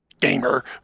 gamer